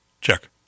check